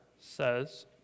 says